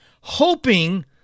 hoping